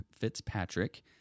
Fitzpatrick